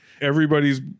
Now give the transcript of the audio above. Everybody's